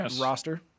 roster